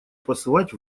посылать